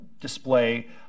display